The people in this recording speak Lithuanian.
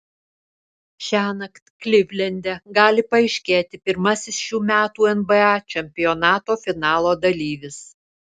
šiąnakt klivlende gali paaiškėti pirmasis šių metų nba čempionato finalo dalyvis